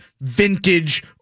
vintage